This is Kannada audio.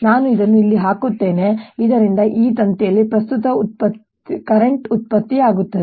ನಾನು ಇದನ್ನು ಇಲ್ಲಿ ಹಾಕುತ್ತೇನೆ ಇದರಿಂದ ಈ ತಂತಿಯಲ್ಲಿ ಕರೆಂಟ್ ಉತ್ಪತ್ತಿಯಾಗುತ್ತದೆ